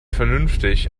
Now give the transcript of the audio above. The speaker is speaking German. vernünftig